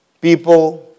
people